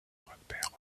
repère